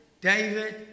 David